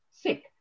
sick